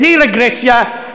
בלי רגרסיה,